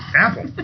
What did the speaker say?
Apple